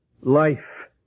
life